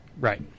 Right